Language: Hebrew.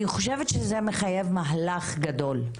אני חושבת שזה מחייב מהלך גדול,